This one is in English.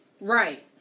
Right